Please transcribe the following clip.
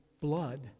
blood